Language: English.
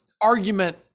argument